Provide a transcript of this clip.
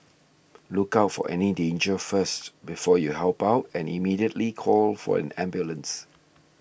look out for any danger first before you help out and immediately call for an ambulance